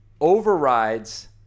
overrides